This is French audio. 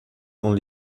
dans